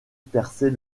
percer